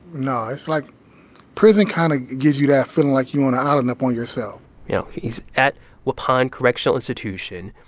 no. it's like prison kind of gives you that feeling like you on an island up on yourself yeah he's at waupun correctional institution,